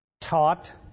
taught